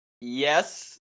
yes